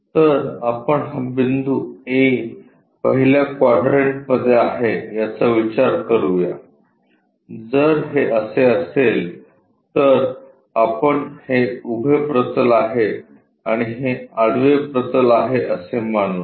तर आपण हा बिंदू A पहिल्या क्वाड्रंटमध्ये आहे याचा विचार करूया जर हे असे असेल तर आपण हे उभे प्रतल आहे आणि हे आडवे प्रतल आहे असे मानू